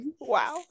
wow